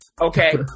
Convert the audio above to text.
okay